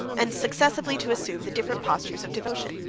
and successively to assume the different postures of devotion.